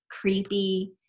creepy